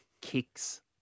kicks